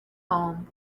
home